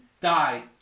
died